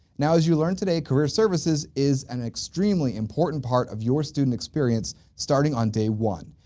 now, as you learned today, career services is an extremely, important part of your student experience starting on day one.